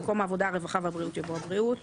במקום "העבודה הרווחה והבריאות" יבוא "הבריאות".